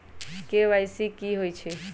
KYC कि होई छई?